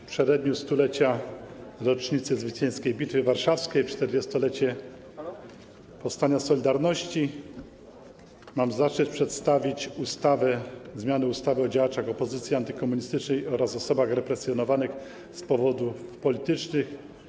W przededniu 100. rocznicy zwycięskiej Bitwy Warszawskiej i czterdziestolecia powstania „Solidarności” mam zaszczyt przedstawić zmianę ustawy o działaczach opozycji antykomunistycznej oraz osobach represjonowanych z powodów politycznych.